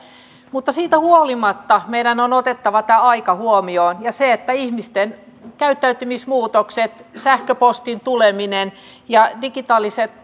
mutta siitä huolimatta meidän on otettava tämä aika huomioon ja se että ihmisten käyttäytymismuutokset sähköpostin tuleminen ja digitaaliset